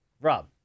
Rob